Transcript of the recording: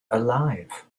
alive